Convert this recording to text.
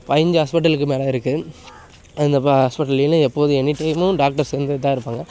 பைஞ்சு ஹாஸ்பிட்டலுக்கு மேலே இருக்கு அந்த ப ஹாஸ்பிட்டல்லையும் எப்போதும் எனி டைமும் டாக்டர்ஸ் இருந்துகிட்டு தான் இருப்பாங்க